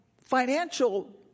financial